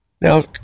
Now